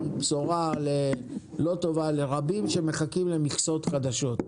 בשורה לא טובה לרבים שמחכים למכסות חדשות,